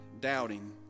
doubting